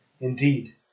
Indeed